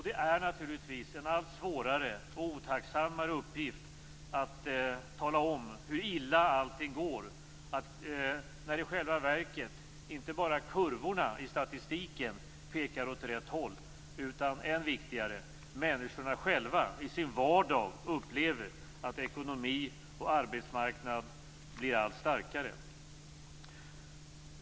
Det är naturligtvis en allt svårare och otacksammare uppgift att tala om hur illa allting går när i själva verket inte bara kurvorna i statistiken pekar åt rätt håll utan än viktigare är att människorna själva i sin vardag upplever att ekonomi och arbetsmarknad blir allt starkare.